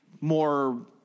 more